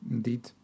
Indeed